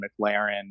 McLaren